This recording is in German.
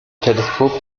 teleskop